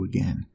again